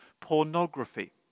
Pornography